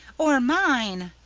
or mine,